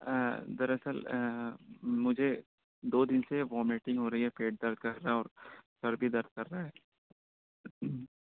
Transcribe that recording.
دراصل مجھے دو دن سے وومیٹنگ ہو رہی ہے پیٹ درد کر رہا ہے اور سر بھی درد کر رہا ہے